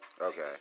Okay